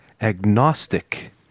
agnostic